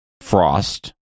Frost